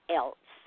else